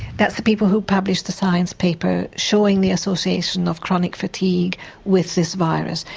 that's the people who published the science paper showing the association of chronic fatigue with this virus.